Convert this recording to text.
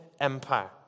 Empire